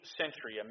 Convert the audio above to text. century